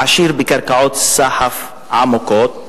עשיר בקרקעות סחף עמוקות,